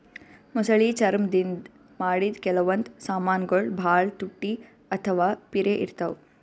ಮೊಸಳಿ ಚರ್ಮ್ ದಿಂದ್ ಮಾಡಿದ್ದ್ ಕೆಲವೊಂದ್ ಸಮಾನ್ಗೊಳ್ ಭಾಳ್ ತುಟ್ಟಿ ಅಥವಾ ಪಿರೆ ಇರ್ತವ್